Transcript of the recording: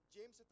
James